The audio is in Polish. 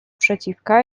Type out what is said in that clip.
przeciwka